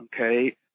okay